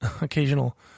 occasional